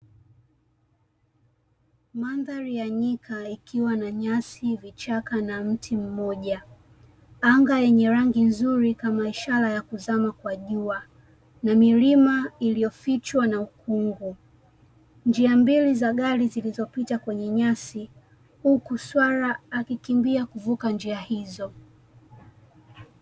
Mandhari ya nyika ikiwa na nyasi, vichaka na mti mmoja, anga yenye rangi nzuri kama ishara ya kuzama kwa jua na milima iliyofichwa na ukungu, njia mbili za gari zilizopita kwenye nyasi huku swala akikimbia kuvuka njia hizo.